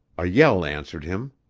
a yell answered him.